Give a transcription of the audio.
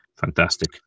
Fantastic